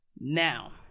Now